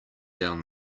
down